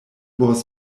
was